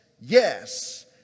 yes